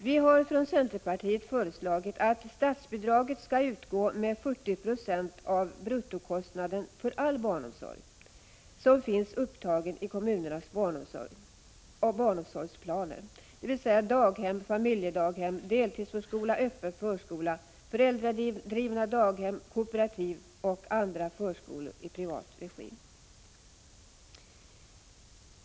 Vi har från centerpartiet föreslagit att statsbidrag skall utgå med 40 96 av bruttokostnaden för all barnomsorg som finns upptagen i kommunernas barnomsorgsplan, dvs. för daghem, familjedaghem, deltidsförskola, öppen förskola, föräldradrivna daghem, kooperativ och andra förskolor i privat regi.